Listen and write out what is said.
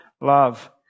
Love